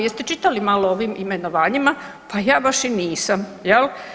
Jeste čitali malo o ovim imenovanjima, pa ja baš i nisam jel.